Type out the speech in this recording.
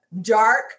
dark